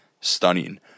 stunning